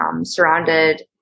surrounded